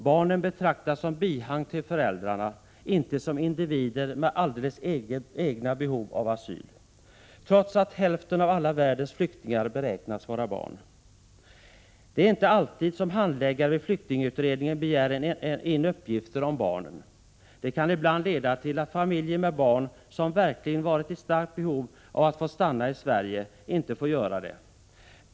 Barnen betraktas som bihang till föräldrarna — och inte som individer med alldeles egna behov av asyl, trots att hälften av alla världens flyktingar beräknas vara barn. Det är inte alltid som handläggare vid flyktingutredningen begär in uppgifter om barnen. Det kan ibland leda till att familjer med barn som verkligen har varit i starkt behov av att få stanna i Sverige inte fått göra det.